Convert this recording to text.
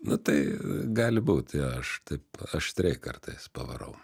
nu tai gali būt jo aš taip aštriai kartais pavarau